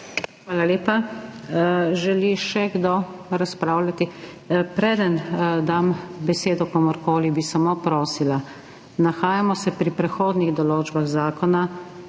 Hvala lepa. Želi še kdo razpravljati? (Da.) Preden dam komur koli besedo, bi samo prosila, nahajamo se pri prehodnih določbah zakona